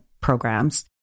programs